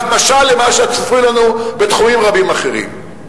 משל למה שצפוי לנו בתחומים רבים אחרים.